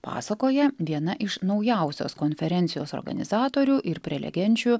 pasakoja viena iš naujausios konferencijos organizatorių ir prelegenčių